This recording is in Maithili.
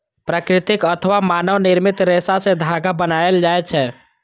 प्राकृतिक अथवा मानव निर्मित रेशा सं धागा बनायल जाए छै